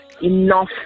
Enough